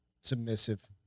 Submissive